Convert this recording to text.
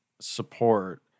support